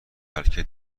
بلکه